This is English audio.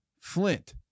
Flint